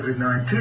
COVID-19